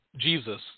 Jesus